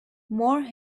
more